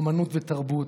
אומנות ותרבות,